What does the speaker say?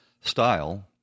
style